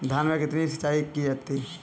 धान में कितनी सिंचाई की जाती है?